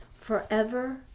forever